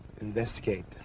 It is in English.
investigate